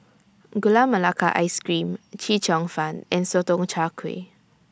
Gula Melaka Ice Cream Chee Cheong Fun and Sotong Char Kway